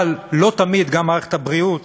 אבל לא תמיד גם מערכת הבריאות